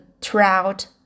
trout